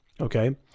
okay